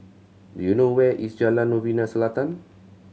do you know where is Jalan Novena Selatan